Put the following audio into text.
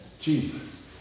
Jesus